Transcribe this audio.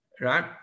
Right